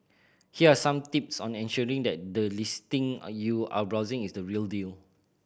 here are some tips on ensuring that the listing are you are browsing is the real deal